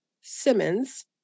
simmons